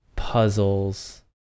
Puzzles